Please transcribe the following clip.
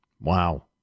Wow